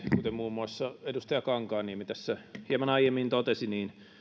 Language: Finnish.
muun muassa edustaja kankaanniemi tässä hieman aiemmin totesi niin